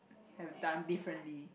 have done differently